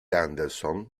anderson